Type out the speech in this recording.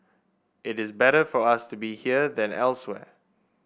it is better for us to be here than elsewhere